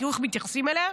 תראו איך מתייחסים אליה.